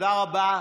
תודה רבה.